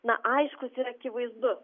na aiškus ir akivaizdu